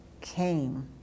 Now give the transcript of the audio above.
came